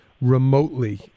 remotely